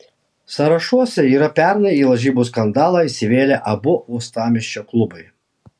sąrašuose yra pernai į lažybų skandalą įsivėlę abu uostamiesčio klubai